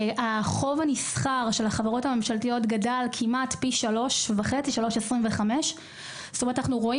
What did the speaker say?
החוב הנסחר של החברות הממשלתיות גדל פי 3.25. אנחנו רואים